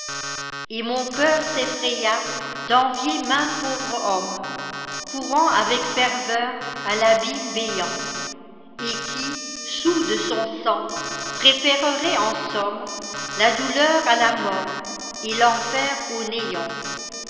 et mon cœur s'effraya d'envier maint pauvre hommecourant avec ferveur à l'abîme béant et qui soûl de son sang préférerait en sommela douleur à la mort et l'enfer au néant